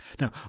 Now